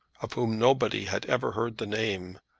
of whom nobody had ever heard the name!